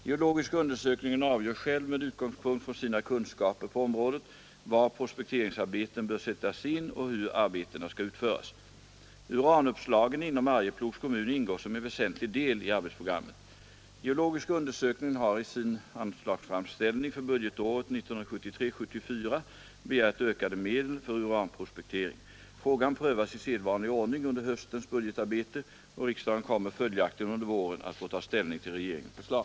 Geologiska undersökningen avgör själv med utgångspunkt från sina kunskaper på området var prospekteringsarbeten bör sättas in och hur arbetena skall utföras. Uranuppslagen inom Arjeplogs kommun ingår som en väsentlig del i arbetsprogrammet. Geologiska undersökningen har i sin anslagsframställning för budgetåret 1973/74 begärt ökade medel för uranprospektering. Frågan prövas i sedvanlig ordning under höstens budgetarbete och riksdagen kommer följaktligen under våren att få ta ställning till regeringens förslag.